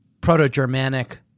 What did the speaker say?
Proto-Germanic